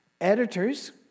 editors